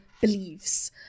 beliefs